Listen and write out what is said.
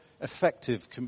effective